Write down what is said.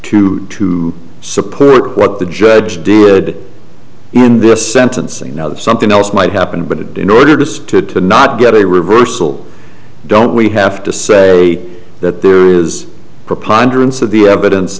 to to support what the judge did in this sentencing now that something else might happen but it in order just to not get a reversal don't we have to say that there is a preponderance of the evidence